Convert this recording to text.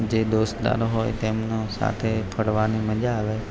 જે દોસ્તાર હોય તેમનો સાથે ફરવાની મજા આવે